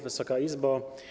Wysoka Izbo!